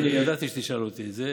אני ידעתי שתשאל אותי את זה.